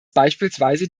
beispielsweise